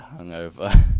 hungover